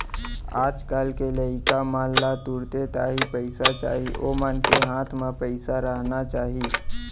आज कल के लइका मन ला तुरते ताही पइसा चाही ओमन के हाथ म पइसा रहना चाही